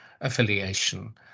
affiliation